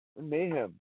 mayhem